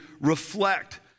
reflect